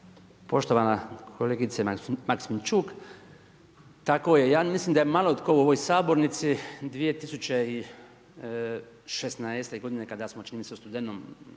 Poštovana kolegice Maksimčuk, tako je, ja mislim da je malo tko u ovoj sabornici 2016. g. kada smo čini mi se u studenom